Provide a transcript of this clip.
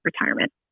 retirement